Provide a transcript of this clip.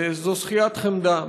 הוא שכיית חמדה.